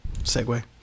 segue